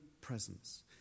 presence